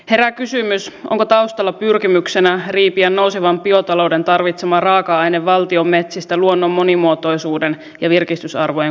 herää kysymys onko taustalla pyrkimyksenä riipiä nousevan biotalouden tarvitsema raaka aine valtionmetsistä luonnon monimuotoisuuden ja virkistysarvojen kustannuksella